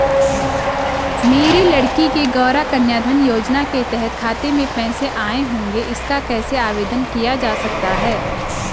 मेरी लड़की के गौंरा कन्याधन योजना के तहत खाते में पैसे आए होंगे इसका कैसे आवेदन किया जा सकता है?